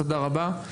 תודה רבה,